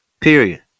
Period